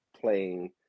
playing